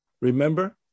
remember